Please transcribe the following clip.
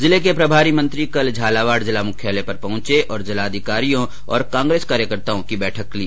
जिले के प्रभारी मंत्री कल झालावाड जिला मुख्यालय पर पहंचे और जिला अधिकारियों और कांग्रेस कार्यकर्ताओं की बैठक ली